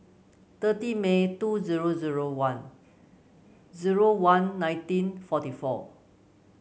thirty May two zero zero one zero one nineteen forty four